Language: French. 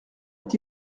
est